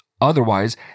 otherwise